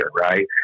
Right